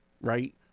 right